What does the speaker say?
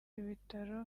ibitaro